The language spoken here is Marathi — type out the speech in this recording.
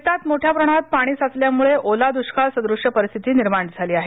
शेतात मोठ्याप्रमाणात पाणी साचल्यामुळे ओला दुष्काळ सदृश परिस्थिती निर्माण झाली आहे